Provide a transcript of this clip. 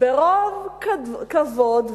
ברוב כבוד,